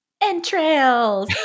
entrails